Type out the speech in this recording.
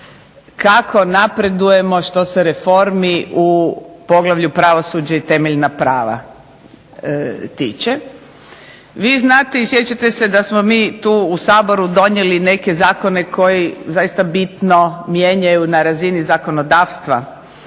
kako napredujemo što se reformi u Poglavlju – Pravosuđe i temeljna prava tiče. Vi znate i sjećate se da smo mi tu u Saboru donijeli neke zakone koji zaista bitno mijenjaju na razini zakonodavstva